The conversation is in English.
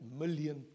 million